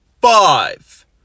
Five